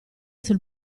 sul